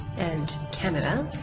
and canada,